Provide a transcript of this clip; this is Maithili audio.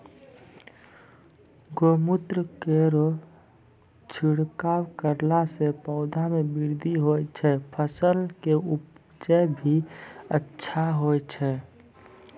गौमूत्र केरो छिड़काव करला से पौधा मे बृद्धि होय छै फसल के उपजे भी अच्छा होय छै?